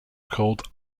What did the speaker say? called